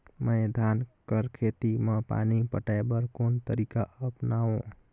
मैं धान कर खेती म पानी पटाय बर कोन तरीका अपनावो?